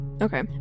Okay